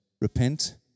Repent